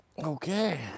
okay